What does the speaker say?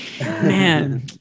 man